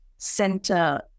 center